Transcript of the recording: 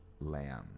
lamb